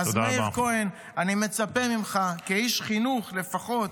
אז מאיר כהן, אני מצפה ממך, כאיש חינוך לפחות,